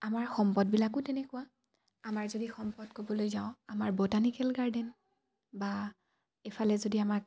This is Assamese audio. আমাৰ সম্পদবিলাকো তেনেকুৱা আমাৰ যদি সম্পদ ক'বলৈ যাওঁ আমাৰ বটানিকেল গাৰ্ডেন বা ইফালে যদি আমাক